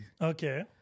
Okay